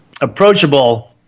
approachable